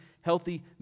healthy